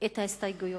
את ההסתייגויות.